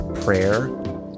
prayer